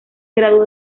graduó